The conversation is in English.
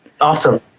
Awesome